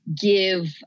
give